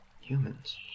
Humans